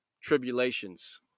tribulations